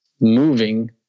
moving